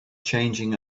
changing